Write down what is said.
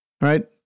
right